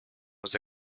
was